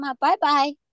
bye-bye